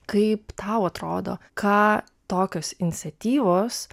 kaip tau atrodo ką tokios iniciatyvos